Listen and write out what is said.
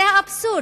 זה האבסורד,